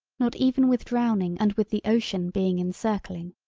not even with drowning and with the ocean being encircling,